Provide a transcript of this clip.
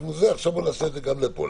עכשיו בואו נעשה את זה גם פה,